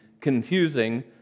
confusing